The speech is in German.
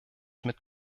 mit